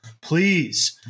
Please